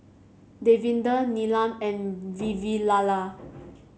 Davinder Neelam and Vavilala